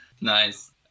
Nice